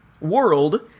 world